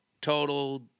total